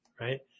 right